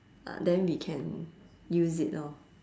ah then we can use it lor